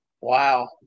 Wow